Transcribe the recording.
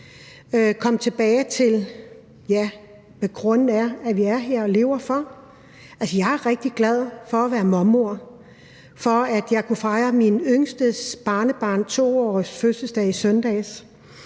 jeg er rigtig glad for at være mormor, for, at jeg kunne fejre mit yngste barnebarns 2-årsfødselsdag i søndags,